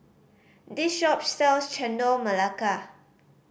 this shop sells Chendol Melaka